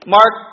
Mark